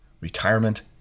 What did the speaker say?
retirement